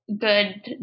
good